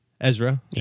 Ezra